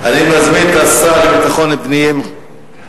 אני מזמין את השר לביטחון פנים,